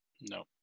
No